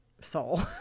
Soul